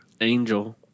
Angel